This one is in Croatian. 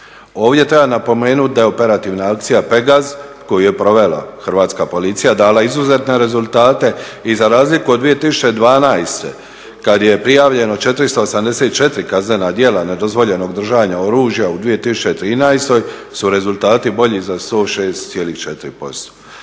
Ovdje treba napomenuti da je operativna akcija "Pegaz" koju je provela Hrvatska policija dala izuzetne rezultate i za razliku od 2012. kada je prijavljeno 484 kaznena djela nedozvoljenog držanja oružja u 2013. su rezultati bolji za 106,4%.